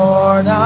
Lord